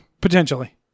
Potentially